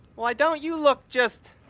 why, don't you look just